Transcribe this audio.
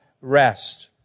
rest